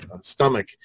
stomach